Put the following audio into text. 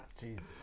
Jesus